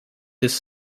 his